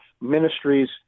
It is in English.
ministries